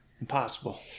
Impossible